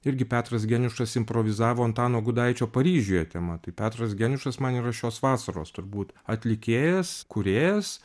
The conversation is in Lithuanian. irgi petras geniušas improvizavo antano gudaičio paryžiuje tema tai petras geniušas man yra šios vasaros turbūt atlikėjas kūrėjas